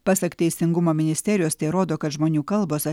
pasak teisingumo ministerijos tai rodo kad žmonių kalbos